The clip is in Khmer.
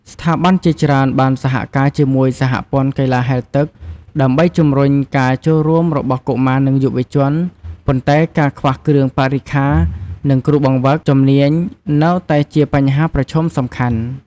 ស្ថាប័នជាច្រើនបានសហការជាមួយសហព័ន្ធកីឡាហែលទឹកដើម្បីជំរុញការចូលរួមរបស់កុមារនិងយុវជន ប៉ុន្តែការខ្វះគ្រឿងបរិក្ខារ និងគ្រូបង្វឹកជំនាញនៅតែជាបញ្ហាប្រឈមសំខាន់។